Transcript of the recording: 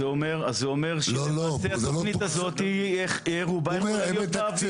זה אומר שלמעשה התוכנית הזאת ברובה יכולה להיות באוויר.